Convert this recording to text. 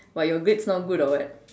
what your grades not good or what